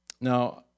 Now